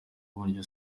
uburyo